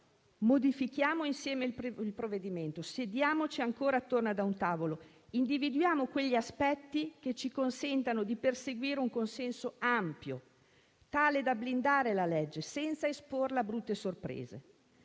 modifichiamo insieme il provvedimento. Sediamoci ancora attorno ad un tavolo e individuiamo quegli aspetti che ci consentano di perseguire un consenso ampio, tale da blindare la legge senza esporla a brutte sorprese.